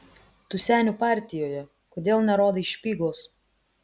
tu senių partijoje kodėl nerodai špygos